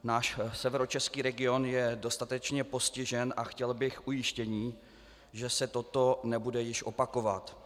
Náš severočeský region je dostatečně postižen a chtěl bych ujištění, že se toto nebude již opakovat.